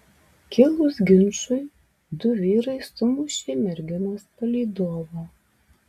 kilus ginčui du vyrai sumušė merginos palydovą